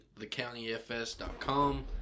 thecountyfs.com